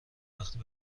وقتی